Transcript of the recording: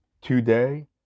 today